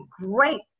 great